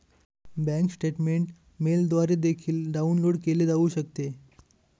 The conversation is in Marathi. बँक स्टेटमेंट मेलद्वारे देखील डाउनलोड केले जाऊ शकते